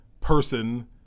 person